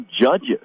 judges